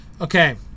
Okay